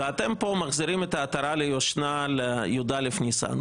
אתם פה מחזירים את העטרה ליושנה, ל-י"א ניסן.